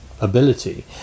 ability